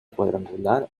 cuadrangular